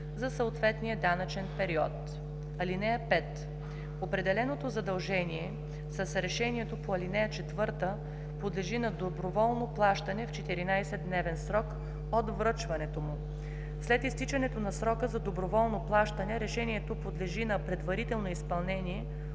за съответния данъчен период. (5) Определеното задължение с решението по ал. 4 подлежи на доброволно плащане в 14-дневен срок от връчването му. След изтичането на срока за доброволно плащане решението подлежи на предварително изпълнение,